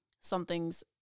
something's